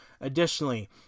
Additionally